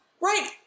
right